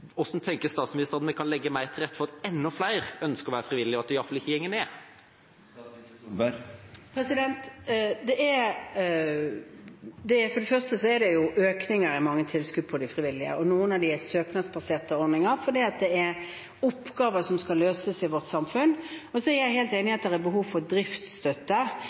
at tallet iallfall ikke går ned? For det første er det jo økninger i mange tilskudd til de frivillige, og noen av dem er søknadsbaserte ordninger, fordi det er oppgaver som skal løses i vårt samfunn. Så er jeg helt enig i at det er behov for driftsstøtte,